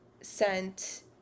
sent